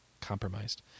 compromised